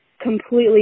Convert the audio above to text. completely